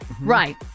Right